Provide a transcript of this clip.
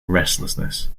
restlessness